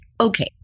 Okay